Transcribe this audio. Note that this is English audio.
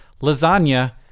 lasagna